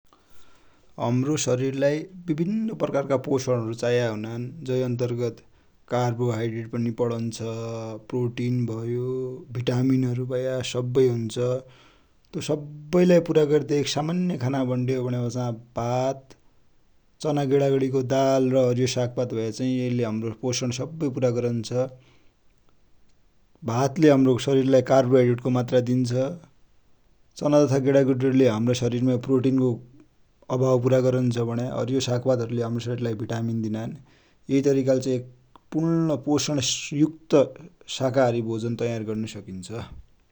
हमरो शरिर लाइ बिभिन्न किसिमका पोसण तत्वो हरु चाएका हुनान, जै अन्तरगत कार्बोहाइड्रेट भयो, प्रोटिन भया, भिटामिन हरु भया सबै हुन्छ। त्यो सबै लाइ पुरा गर्ने एक सामान्य खाना भन्डेउ भनेपछा भात, चना, गेडागुडी को दाल र हरियो सागपात भयाबटी यै ले हमरा शरिर को सब्बै पोसण पुरा गरन्छ । भात ले हम्रो सरिर लाइ कार्बोहाइड्रेट को मात्रा पुरा गरन्छ । चना तथा गेडागुडी ले हम्रो सरिर माइ प्रोटिन को अभाव पुरा गरन्छ। हरियो सागपात ले हमरो शरिरमाइ भिटामिन दिनान । यै तरिका ले चाइ पुर्ण पोसणयुक्त साकाहारि भोजन तयार गरि सकिन्छ ।